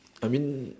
I mean